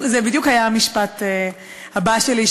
זה בדיוק היה המשפט הבא שלי,